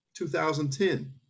2010